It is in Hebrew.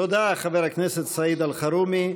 תודה, חבר הכנסת סעיד אלחרומי.